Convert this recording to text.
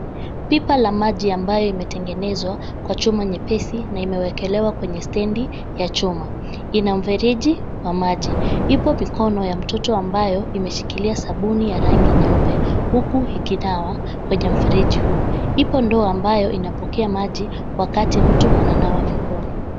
Pipa la maji ambayo imetengenezwa kwa chuma nyepesi na imewekelewa kwenye stendi ya chuma. Ina mfereji wa maji. Ipo mikono ya mtoto ambayo imeshikilia sabuni ya rangi nyeupe, huku ikinawa kwenye mfereji huo. Ipo ndoo ambayo inapokea maji wakati mtu ananawa mikono.